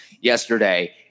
yesterday